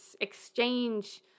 exchange